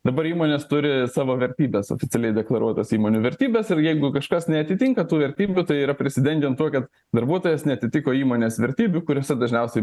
dabar įmonės turi savo vertybes oficialiai deklaruotas įmonių vertybes ir jeigu kažkas neatitinka tų vertybių tai yra prisidengiant tuo kad darbuotojas neatitiko įmonės vertybių kuriose dažniausiai